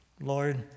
Lord